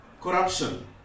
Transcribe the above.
Corruption